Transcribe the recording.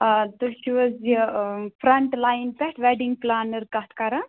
آ تُہۍ چھِو حظ یہِ فرٛنٛٹ لایِن پٮ۪ٹھ ویڈِنٛگ پُلانَر کَتھ کَران